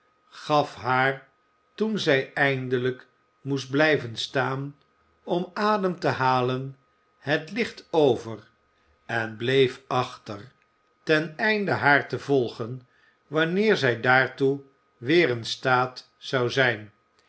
gaf haar toen zij eindelijk moest blijven staan om adem te halen het licht over en bleef achter ten einde haar te volgen wanneer zij daartoe weer in staat zou zijn